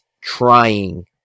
trying